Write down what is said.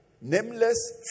Nameless